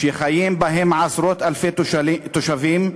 שחיים בהם עשרות-אלפי תושבים,